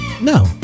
no